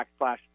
backslash